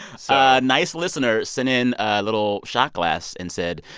so a nice listener sent in a little shot glass and said,